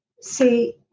See